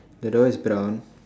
the door is brown